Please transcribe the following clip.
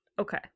Okay